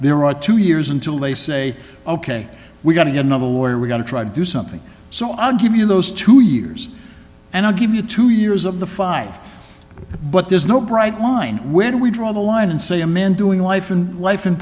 there are two years until they say ok we got to get another lawyer we got to try to do something so i'll give you those two years and i'll give you two years of the five but there's no bright line when we draw the line and say a man doing life and life in